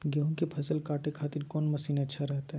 गेहूं के फसल काटे खातिर कौन मसीन अच्छा रहतय?